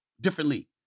differently